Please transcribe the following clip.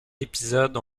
épisodes